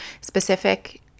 specific